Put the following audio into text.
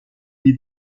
gli